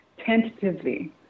tentatively